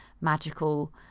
magical